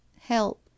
help